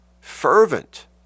fervent